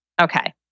Okay